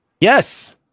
Yes